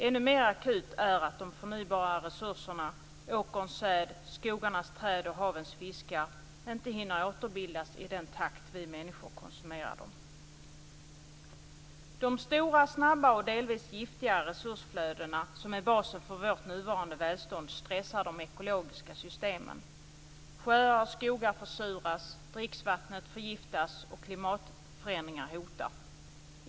Ännu mer akut är att de förnybara resurserna - åkerns säd, skogarnas träd och havens fiskar - inte hinner återbildas i den takt vi människor konsumerar dem. De stora, snabba och delvis giftiga resursflöden som är basen för vårt nuvarande välstånd stressar de ekologiska systemen. Sjöar och skogar försuras, dricksvattnet förgiftas och klimatförändringar hotar.